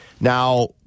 Now